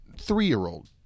three-year-old